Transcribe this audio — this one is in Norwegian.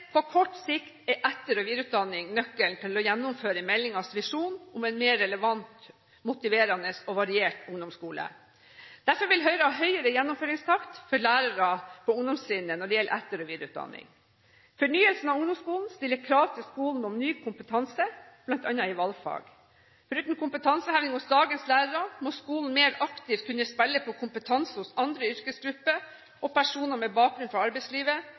På kort sikt er etter- og videreutdanning nøkkelen til å gjennomføre meldingens visjon om en mer relevant, motiverende og variert ungdomsskole. Derfor vil Høyre ha høyere gjennomføringstakt for lærere på ungdomstrinnet når det gjelder etter- og videreutdanning. Fornyelsen av ungdomsskolen stiller krav til skolen om ny kompetanse, bl.a. i valgfag. Foruten kompetanseheving hos dagens lærere må skolen mer aktivt kunne spille på kompetanse hos andre yrkesgrupper og personer med bakgrunn fra arbeidslivet,